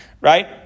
Right